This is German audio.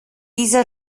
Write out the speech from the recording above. dieser